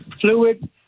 fluid